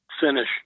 finish